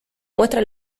muestra